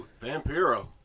vampiro